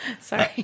Sorry